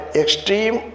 extreme